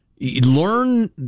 learn